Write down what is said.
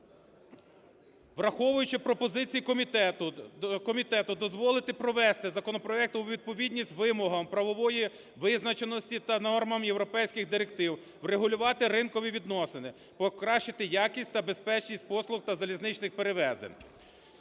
Враховуючи пропозиції комітету, дозволити провести законопроект у відповідність вимогам правової визначеності та нормам європейських директив, врегулювати ринкові відносини, покращити якість та безпечність послуг та залізничних перевезень.